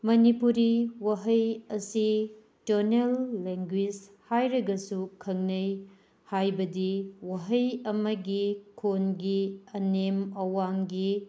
ꯃꯅꯤꯄꯨꯔꯤ ꯋꯥꯍꯩ ꯑꯁꯤ tonal language ꯍꯥꯏꯔꯒ ꯈꯪꯅꯩ ꯍꯥꯏꯕꯗꯤ ꯋꯥꯍꯩ ꯑꯃꯒꯤ ꯈꯣꯟꯒꯤ ꯑꯅꯦꯝ ꯑꯋꯥꯡꯒꯤ